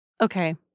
Okay